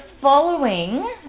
following